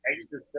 extra